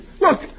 look